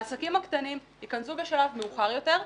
העסקים הקטנים ייכנסו בשלב מאוחר יותר.